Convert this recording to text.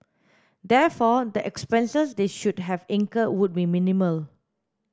therefore the expenses they should have incurred would be minimal